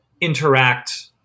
interact